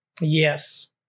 Yes